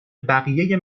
بقیه